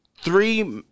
three